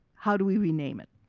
how do we rename it?